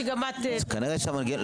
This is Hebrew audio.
שגם את --- אז כנראה שהמנגנון,